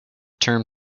term